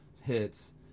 hits